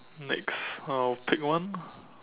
next I'll pick one